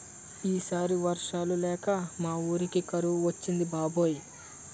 ఈ సారి వర్షాలు లేక మా వూరికి కరువు వచ్చింది బాబాయ్